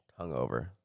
hungover